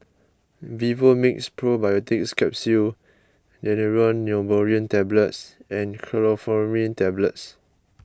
Vivomixx Probiotics Capsule Daneuron Neurobion Tablets and Chlorpheniramine Tablets